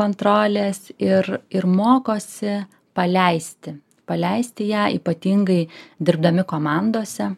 kontrolės ir ir mokosi paleisti paleisti ją ypatingai dirbdami komandose